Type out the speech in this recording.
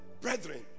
brethren